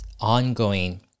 ongoing